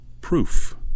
proof